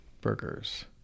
Burgers